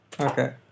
Okay